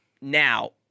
Now